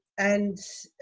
and.